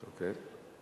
אוקיי.